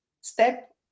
step